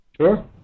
Sure